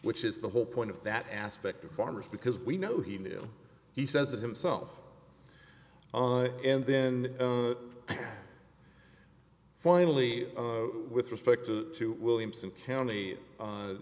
which is the whole point of that aspect of farmers because we know he knew he says it himself and then finally with respect to williamson county